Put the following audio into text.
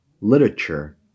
literature